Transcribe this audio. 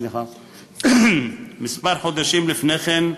כמה חודשים לפני כן,